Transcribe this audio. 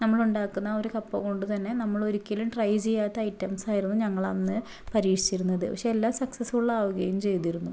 നമ്മൾ ഉണ്ടാക്കുന്ന ആ ഒരു കപ്പ കൊണ്ട് തന്നെ നമ്മൾ ഒരിക്കലും ട്രൈ ചെയ്യാത്ത ഐറ്റംസ്സ് ആയിരുന്നു ഞങ്ങൾ അന്ന് പരീക്ഷിച്ചിരുന്നത് പക്ഷെ എല്ലാം സക്സസ്ഫുള് ആവുകയും ചെയ്തിരുന്നു